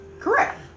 Correct